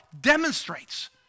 demonstrates